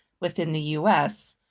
within the us.